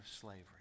slavery